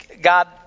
God